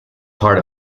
part